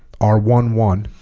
r one one